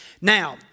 Now